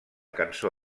cançó